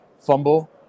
fumble